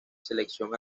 selección